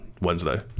Wednesday